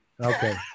Okay